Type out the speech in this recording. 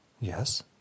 Yes